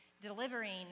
delivering